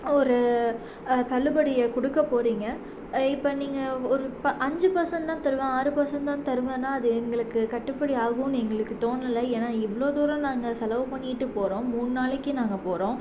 ஒரு தள்ளுபடியை கொடுக்க போறீங்க இப்போ நீங்கள் ஒரு இப்போ அஞ்சு பர்சென்ட் தான் தருவேன் ஆறு பர்சென்ட் தான் தருவேன்னா அது எங்களுக்கு கட்டுப்படியாகும்னு எங்களுக்கு தோணலை ஏன்னா எவ்வளோ தூரம் நாங்கள் செலவு பண்ணிகிட்டு போகிறோம் மூணு நாளைக்கு நாங்கள் போகிறோம்